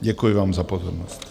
Děkuji vám za pozornost.